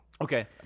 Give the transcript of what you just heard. Okay